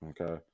okay